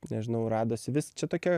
nežinau radosi vis čia tokia